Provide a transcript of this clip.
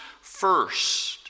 first